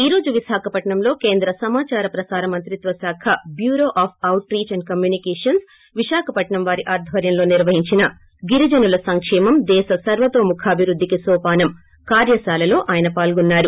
ఈ రోజు విశాఖపట్నంలో కేంద్ర సమాచార ప్రసార మంత్రిత్వ శాఖ bureau of outreach and communications Visakhapatnam వారి ఆధ్వర్యంలో నిర్వహించిన గిరిజనుల సంకేమం ేదేశ సర్వతోముఖాభివృద్ధికి నోపానం కార్యశాలలో ఆయన పాల్గొన్సారు